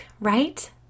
right